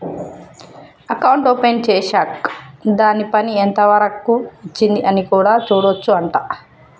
account open చేశాక్ దాని పని ఎంత వరకు వచ్చింది అని కూడా చూడొచ్చు అంట